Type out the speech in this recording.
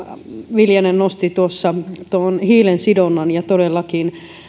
viljanen nosti tuossa hiilensidonnan ja todellakin